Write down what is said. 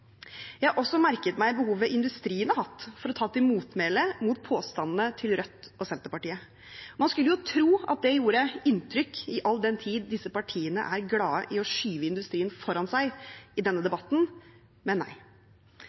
Jeg har også merket meg behovet industrien har hatt for å ta til motmæle mot påstandene til Rødt og Senterpartiet. Man skulle jo tro at det gjorde inntrykk, all den tid disse partiene er glad i å skyve industrien foran seg i denne debatten, men nei.